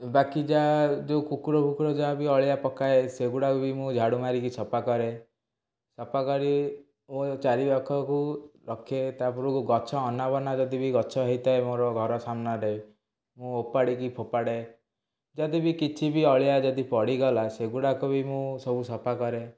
ବାକି ଯାହା ଯୋଉ କୁକୁରଫୁକୁର ଯାହାବି ଅଳିଆ ପକାଏ ସେଗୁଡ଼ାକ ବି ମୁଁ ଝାଡ଼ୁମାରି କି ସଫାକରେ ସଫାକରି ମୋର ଚାରିପାଖକୁ ରଖେ ତାପରକୁ ଗଛ ଅନାବନା ଯଦି ବି ଗଛ ହେଇଥାଏ ମୋର ଘର ସାମ୍ନାରେ ମୁଁ ଓପାଡ଼ିକି ଫୋପାଡ଼େ ଯଦି ବି କିଛି ବି ଅଳିଆ ଯଦି ପଡ଼ିଗଲା ସେଗୁଡ଼ାକ ବି ମୁଁ ସବୁ ସଫାକରେ